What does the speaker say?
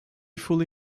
fully